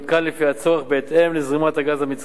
לפי הצורך בהתאם לזרימת הגז המצרי.